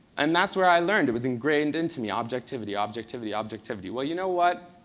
and that's where i learned it was engrained into me objectivity, objectivity, objectivity. well, you know what?